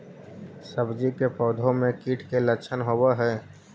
सब्जी के पौधो मे कीट के लच्छन होबहय?